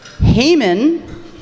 Haman